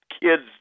kid's